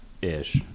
Ish